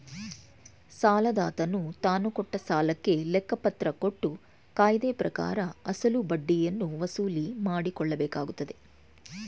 ಸಾಲದಾತನು ತಾನುಕೊಟ್ಟ ಸಾಲಕ್ಕೆ ಲೆಕ್ಕಪತ್ರ ಕೊಟ್ಟು ಕಾಯ್ದೆಪ್ರಕಾರ ಅಸಲು ಬಡ್ಡಿಯನ್ನು ವಸೂಲಿಮಾಡಕೊಳ್ಳಬೇಕಾಗತ್ತದೆ